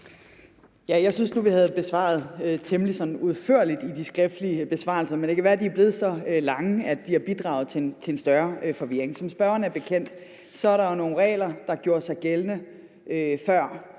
Jeg synes nu, at vi havde besvaret det temmelig udførligt i de skriftlige besvarelser, men det kan være, at de er blevet så lange, at de har bidraget til en større forvirring. Som det er spørgeren bekendt, er der jo nogle regler, der gjorde sig gældende før